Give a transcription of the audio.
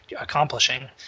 accomplishing